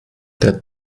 der